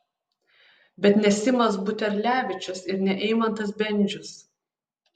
bet ne simas buterlevičius ir ne eimantas bendžius